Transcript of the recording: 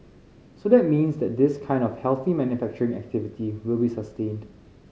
so that means that this kind of healthy manufacturing activity will be sustained